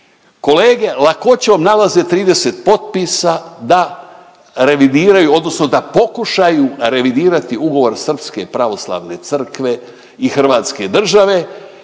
Kolege lakoćom nalaze 30 potpisa da revidiraju odnosno da pokušaju revidirati ugovor Srpske pravoslavne crkve i hrvatske države,